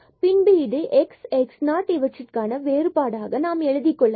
பின்பு இது x மற்றும் x0 இவற்றுக்கான வேறுபாடாக நாம் எழுதிக் கொள்ளலாம்